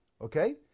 okay